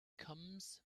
comes